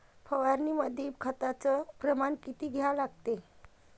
फवारनीमंदी खताचं प्रमान किती घ्या लागते?